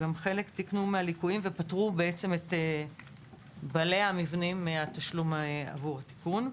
חלק תיקנו חלק מהליקויים ופטרו את בעלי המבנים מהתשלום עבור התיקון.